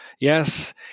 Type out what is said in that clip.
Yes